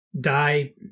die